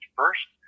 first